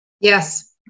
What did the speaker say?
Yes